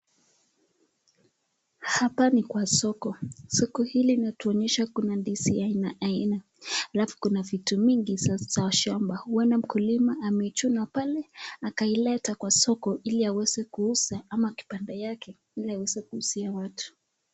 Hapa ni kwa soko. Soko hili linatuonyesha kuna ndizi ya aina aina. Alafu kuna vitu mingi za za shamba. Huenda mkulima ameichuna pale akaileta kwa soko ili aweze kuuza ama kipande yake ili aweze kuuzia watu.